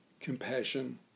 compassion